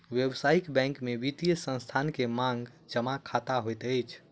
व्यावसायिक बैंक में वित्तीय संस्थान के मांग जमा खता होइत अछि